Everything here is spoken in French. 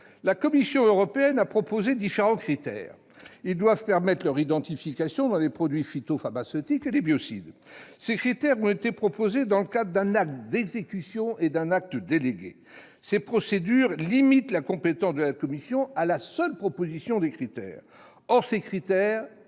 La Commission européenne a proposé différents critères. Ils doivent permettre l'identification des perturbateurs endocriniens dans les produits phytopharmaceutiques et les biocides. Ces critères ont été proposés dans le cadre d'un acte d'exécution et d'un acte délégué. Ces procédures limitent la compétence de la Commission à la seule proposition des critères. Or ces critères